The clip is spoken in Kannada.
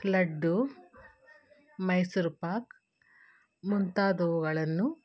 ಲಡ್ಡು ಮೈಸೂರ್ ಪಾಕು ಮುಂತಾದವುಗಳನ್ನು